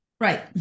Right